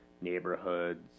neighborhoods